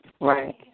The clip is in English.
Right